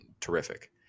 terrific